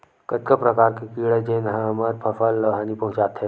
कतका प्रकार के कीड़ा जेन ह हमर फसल ल हानि पहुंचाथे?